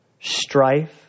strife